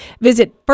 visit